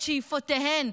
את שאיפותיהן,